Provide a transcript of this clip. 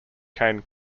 cane